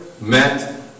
met